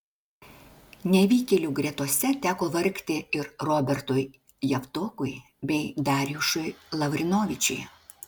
nevykėlių gretose teko vargti ir robertui javtokui bei darjušui lavrinovičiui